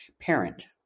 parent